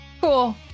cool